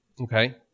Okay